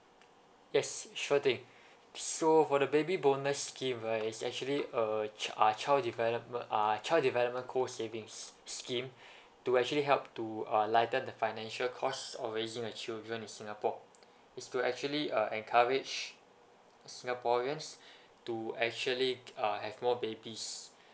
yes sure thing so for the baby bonus scheme right is actually uh child uh child development uh child development cost savings scheme to actually help to uh lighten the financial cost of raising a children in singapore is to actually uh encourage singaporeans to actually k~ uh have more babies